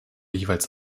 jeweils